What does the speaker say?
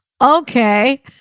okay